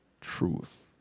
truth